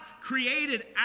created